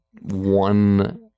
one